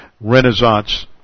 Renaissance